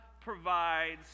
provides